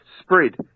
spread